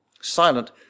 silent